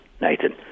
Nathan